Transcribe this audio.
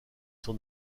son